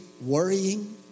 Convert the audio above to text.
worrying